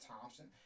Thompson